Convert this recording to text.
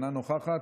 אינה נוכחת,